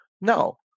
No